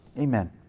Amen